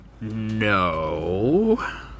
no